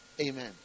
Amen